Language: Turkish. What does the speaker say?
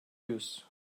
yüz